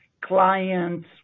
clients